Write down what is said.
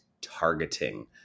targeting